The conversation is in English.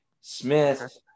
Smith